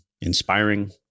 inspiring